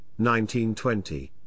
1920